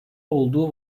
olduğu